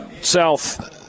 South